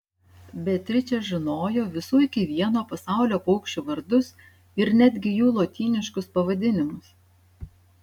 beatričė žinojo visų iki vieno pasaulio paukščių vardus ir netgi jų lotyniškus pavadinimus